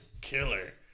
killer